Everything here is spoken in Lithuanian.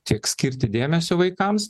tiek skirti dėmesio vaikams